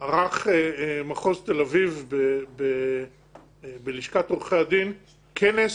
ערך מחוז תל-אביב בלשכת עורכי הדין כנס